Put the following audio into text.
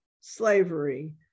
slavery